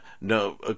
no